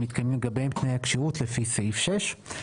מתקיימים לגביהם תנאי הכשירות לפי סעיף 6,